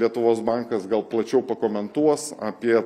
lietuvos bankas gal plačiau pakomentuos apie